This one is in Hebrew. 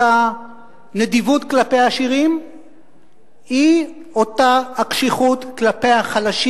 אותה הנדיבות כלפי עשירים היא אותה הקשיחות כלפי החלשים.